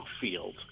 field